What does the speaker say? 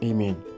Amen